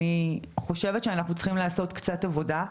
אני חושבת שאנחנו צריכים לעשות קצת עבודה,